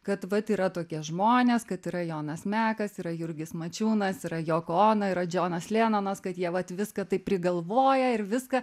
kad vat yra tokie žmonės kad yra jonas mekas yra jurgis mačiūnas yra joko ono yra džonas lenonas kad jie vat viską taip prigalvoja ir viską